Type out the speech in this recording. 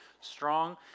strong